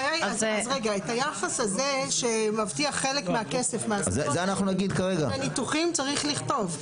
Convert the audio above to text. את היחס הזה שמבטיח חלק מהכסף לניתוחים צריך לכתוב.